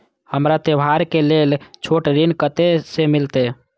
हमरा त्योहार के लेल छोट ऋण कते से मिलते?